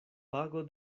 pago